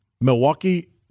Milwaukee